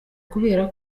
kubera